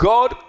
God